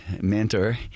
mentor